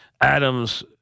Adams